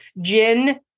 gin